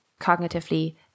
cognitively